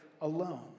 alone